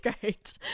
great